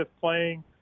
playing